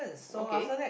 okay